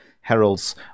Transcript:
heralds